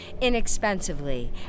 inexpensively